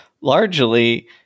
largely